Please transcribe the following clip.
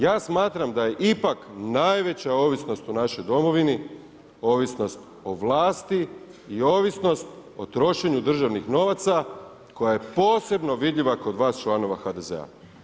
Ja smatram da je ipak najveća ovisnost u našoj Domovini ovisnost o vlasti i ovisnost o trošenju državnih novaca koja je posebno vidljiva kod vas članova HDZ-a.